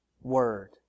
Word